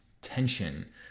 tension